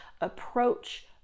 approach